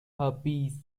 herpes